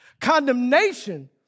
Condemnation